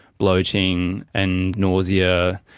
bloating, and nausea.